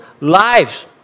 lives